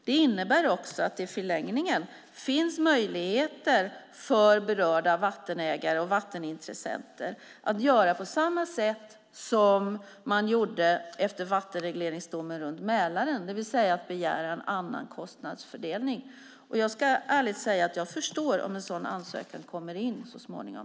Det innebär också att det i förlängningen finns möjligheter för berörda vattenägare och vattenintressenter att göra på samma sätt som man gjorde efter vattenregleringsdomen runt Mälaren, det vill säga begära en annan kostnadsfördelning. Jag ska ärligt säga att jag förstår om en sådan ansökan kommer in så småningom.